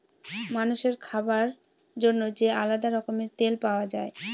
মানুষের খাবার জন্য যে আলাদা রকমের তেল পাওয়া যায়